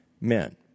men